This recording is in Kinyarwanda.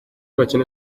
abakene